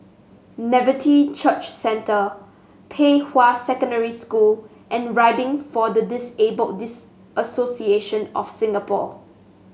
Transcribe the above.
Nativity Church Centre Pei Hwa Secondary School and Riding for the Disabled Dis Association of Singapore